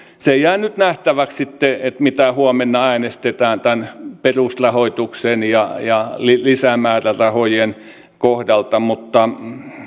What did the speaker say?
se jää nyt nähtäväksi sitten mitä huomenna äänestetään tämän perusrahoituksen ja ja lisämäärärahojen kohdalta mutta